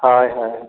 ᱦᱳᱭ ᱦᱳᱭ